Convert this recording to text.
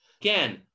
Again